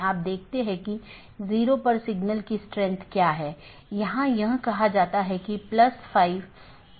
BGP सत्र की एक अवधारणा है कि एक TCP सत्र जो 2 BGP पड़ोसियों को जोड़ता है